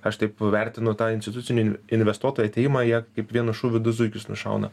aš taip vertinu tą institucinių investuotojų atėjimą jie kaip vienu šūviu du zuikius nušauna